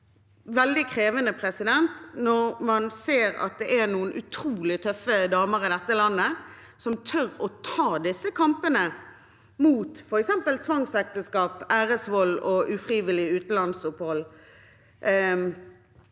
veldig krevende å se at noen utrolig tøffe damer i dette landet som tør å ta disse kampene mot f.eks. tvangsekteskap, æresvold og ufrivillig utenlandsopphold,